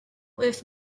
with